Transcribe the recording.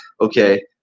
okay